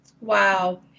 Wow